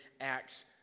acts